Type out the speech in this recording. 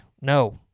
No